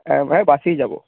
হ্যাঁ হ্যাঁ বাসেই যাব